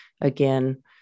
again